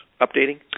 updating